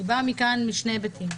אני באה לכאן משני היבטים: